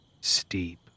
steep